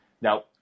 Now